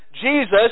Jesus